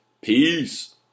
Peace